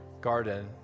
garden